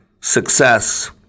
success